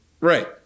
Right